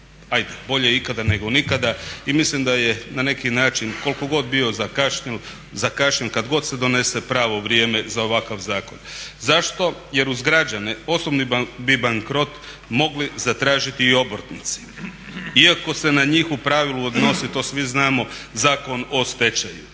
ajde bolje ikada nego nikada. I mislim da je na neki način koliko god bio zakašnjen, kad god se donese pravo vrijeme za ovakav zakon. Zašto, jer uz građane osobni bi bankrot mogli zatražiti i obrtnici iako se na njih u pravilu odnosi, to svi znamo, Zakon o stečaju.